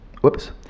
whoops